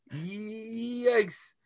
yikes